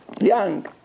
young